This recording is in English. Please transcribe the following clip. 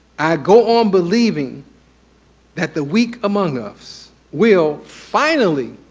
i go on believing that the weak among us will finally